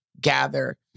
gather